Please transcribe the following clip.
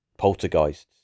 poltergeists